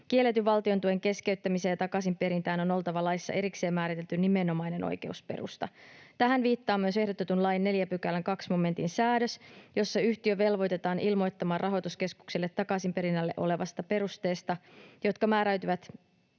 kielletyn valtiontuen keskeyttämiseen ja takaisinperintään on oltava laissa erikseen määritelty nimenomainen oikeusperusta. Tähän viittaa myös ehdotetun lain 4 §:n 2 momentin säännös, jossa yhtiö velvoitetaan ilmoittamaan rahoituskeskukselle takaisinperinnälle olevasta perusteesta, joka määräytyy